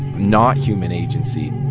not human agency.